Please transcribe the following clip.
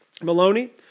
Maloney